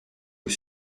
aux